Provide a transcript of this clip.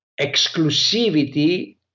exclusivity